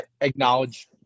acknowledge